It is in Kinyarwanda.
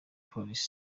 polisi